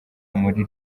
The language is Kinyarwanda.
muri